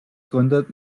gründet